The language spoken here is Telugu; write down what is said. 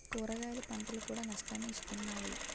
కూరగాయల పంటలు కూడా నష్టాన్ని ఇస్తున్నాయి